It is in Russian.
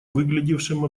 выглядевшем